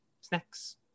snacks